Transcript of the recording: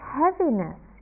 heaviness